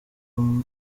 amahoro